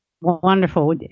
Wonderful